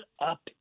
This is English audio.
up